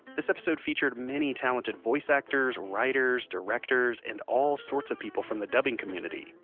this episode featured many talented voice actors, writers, directors, and all sorts of people from the dubbing community.